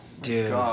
Dude